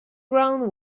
ground